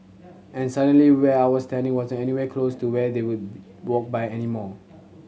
and suddenly where I was standing wasn't anywhere close to where they would walk by anymore